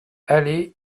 allée